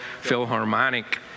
Philharmonic